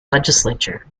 legislature